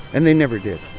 and they never did